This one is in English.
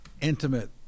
intimate